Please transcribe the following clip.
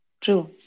true